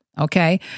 Okay